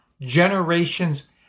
generations